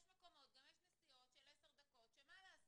גם יש נסיעות של עשר דקות שמה לעשות,